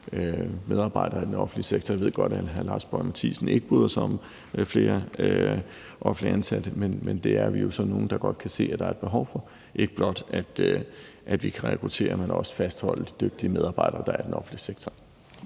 medarbejdere i den offentlige sektor. Jeg ved godt, at hr. Lars Boje Mathiesen ikke bryder sig om flere offentligt ansatte, men det er vi jo så nogle der godt kan se at der er et behov for: ikke blot at vi kan rekruttere, men også fastholde de dygtige medarbejdere, der er i den offentlige sektor.